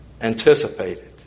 anticipated